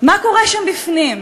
מה קורה שם בפנים?